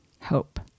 hope